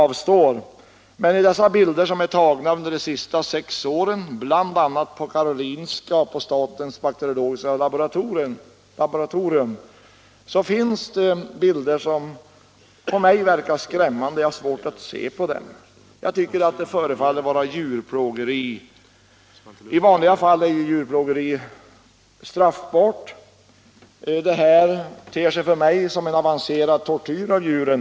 Men bland dessa bilder, som är tagna på bl.a. Karolinska sjukhuset och på statens bakteriologiska laboratorium, finns det sådana som verkar skrämmande på mig och som jag har svårt att se på. Jag tycker att det förefaller vara djurplågeri. I vanliga fall är ju djurplågeri straffbart, och detta ter sig för mig som avancerad tortyr av djuren.